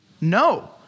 No